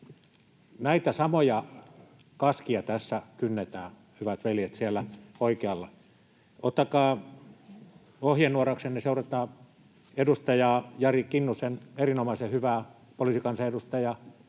Näitä samoja kaskia tässä kynnetään, hyvät veljet siellä oikealla. Ottakaa ohjenuoraksenne seurata poliisikansanedustaja Jari Kinnusen erittäin hyvää puheenvuoroa